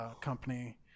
company